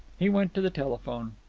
he went to the telephone.